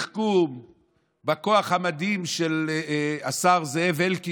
זכרו של חבר הכנסת והשר לשעבר יהושע מצא.